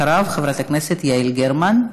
אחריו, חברת הכנסת יעל גרמן,